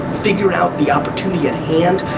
figure out the opportunity at hand,